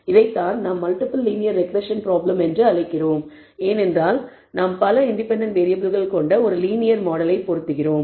இதைத்தான் நாம் multiple linear regression problem என்று அழைக்கிறோம் ஏனென்றால் நாம் பல இண்டிபெண்டன்ட் வேறியபிள்கள் கொண்ட ஒரு லீனியர் மாடலை பொருத்துகிறோம்